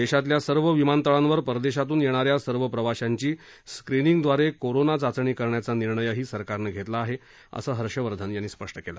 देशातल्या सर्व विमानतळांवर परदेशातून येणा या सर्व प्रवाशांची स्क्रीनिंगद्वारे कोरोना चाचणी करण्याचा निर्णयही सरकारनं घेतला आहे असं हर्षवर्धन यांनी स्पष्ट केलं